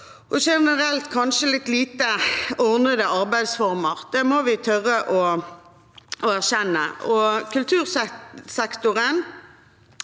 og generelt kanskje litt lite ordnede arbeidsformer – det må vi tørre å erkjenne. Kultursektoren